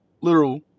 literal